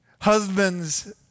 Husbands